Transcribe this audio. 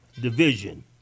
Division